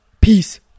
Peace